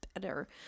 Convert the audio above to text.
better